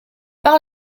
par